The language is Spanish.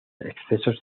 excesos